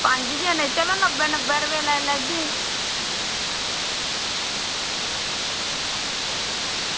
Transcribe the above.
पंज जनें चलो नब्बे नब्बे जनें लाई लैगे